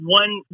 one